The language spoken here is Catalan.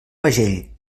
pagell